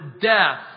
death